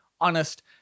honest